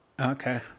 Okay